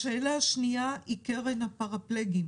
לגבי קרן הפרפלגים